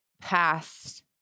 past